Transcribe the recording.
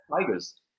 tigers